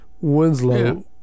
Winslow